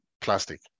plastic